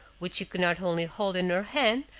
which she could not only hold in her hand,